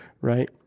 right